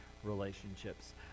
relationships